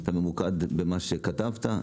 אתה ממוקד במה שכתבת.